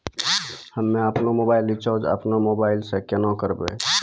हम्मे आपनौ mobile recharge आपनौ मोबाइल से केना करवै?